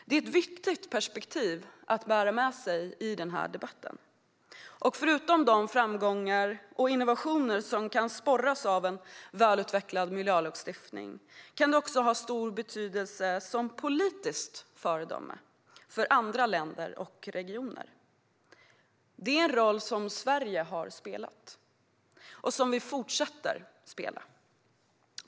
Det är ett viktigt perspektiv att bära med sig i debatten. Förutom de framgångar och innovationer som kan sporras av en välutvecklad miljölagstiftning kan en sådan också ha en stor betydelse för Sverige som politiskt föredöme för andra länder och regioner. Det är en roll som Sverige har spelat och som vi fortsätter att spela.